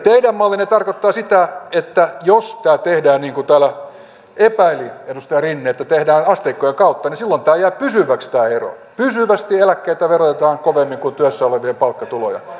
teidän mallinne tarkoittaa sitä että jos tämä tehdään niin kuin täällä epäili edustaja rinne että tehdään asteikkojen kautta niin silloin tämä ero jää pysyväksi pysyvästi eläkkeitä verotetaan kovemmin kuin työssä olevien palkkatuloja